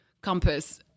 compass